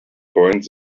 point